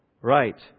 right